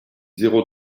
zéro